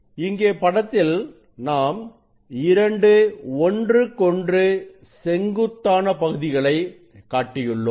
இங்கே படத்தில் நாம் இரண்டு ஒன்றுக்கொன்று செங்குத்தான பகுதிகளை காட்டியுள்ளோம்